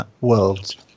worlds